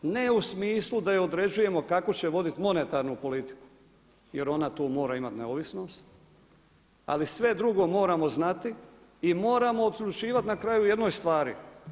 Ne u smislu da joj određujemo kako će voditi monetarnu politiku jer ona tu mora imati neovisnost, ali sve drugo moramo znati i moramo odlučivati na kraju o jednoj stvari.